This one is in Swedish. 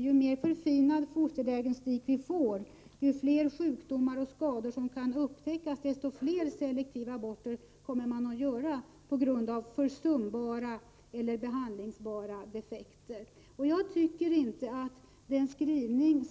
Ju mer förfinad fosterdiagnostiken blir och ju fler sjukdomar och fosterskador som kan upptäckas, desto fler selektiva aborter kommer att utföras på grund av försumbara eller behandlingsbara defekter. Jag tycker inte att skrivningen